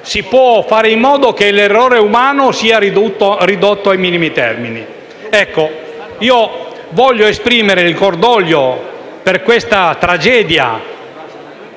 si può fare in modo che l'errore umano sia ridotto ai minimi termini. Voglio esprimere il cordoglio per questa tragedia,